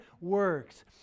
works